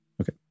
Okay